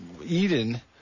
eden